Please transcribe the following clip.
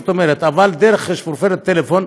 אבל שפופרת טלפון,